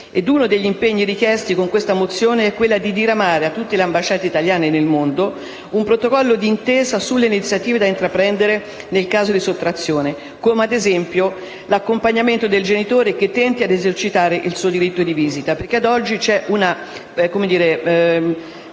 Uno degli impegni richiesti con questa mozione è diramare a tutte le ambasciate italiane nel mondo un protocollo d'intesa sulle iniziative da intraprendere in caso di sottrazione, come ad esempio l'accompagnamento del genitore che tenti di esercitare il suo diritto di visita perché, ad oggi, vi è un atteggiamento